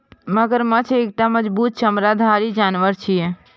मगरमच्छ एकटा मजबूत चमड़ाधारी जानवर छियै